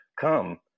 Come